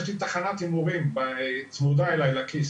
יש לי תחנת הימורים צמודה בכיס,